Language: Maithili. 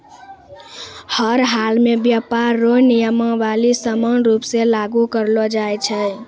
हर हालमे व्यापार रो नियमावली समान रूप से लागू करलो जाय छै